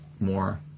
more